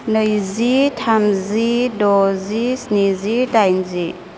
नैजि थामजि द'जि स्निजि दाइनजि